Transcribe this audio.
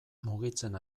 mugitzen